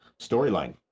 storyline